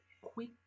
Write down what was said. Quick